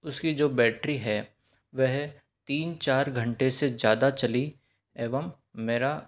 उसकी जो बैटरी है वह तीन चार घंटे से ज़्यादा चली एवं मेरा